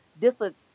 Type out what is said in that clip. different